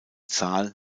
zahl